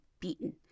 beaten